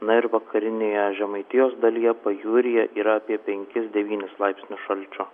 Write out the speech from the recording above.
na ir vakarinėje žemaitijos dalyje pajūryje yra apie penkis devynis laipsnius šalčio